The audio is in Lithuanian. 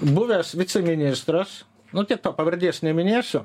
buvęs viceministras nu tiek to pavardės neminėsiu